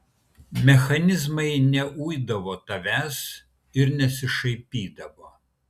mechanizmai neuidavo tavęs ir nesišaipydavo